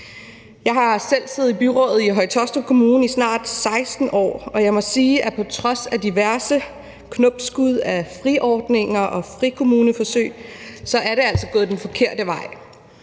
Jeg har selv siddet i byrådet i Høje-Taastrup Kommune i snart 16 år, og jeg må sige, at på trods af diverse knopskud af friordninger og frikommuneforsøg er det altså gået den forkerte vej.